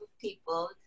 people